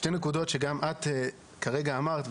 שתי נקודות שגם את כרגע אמרת,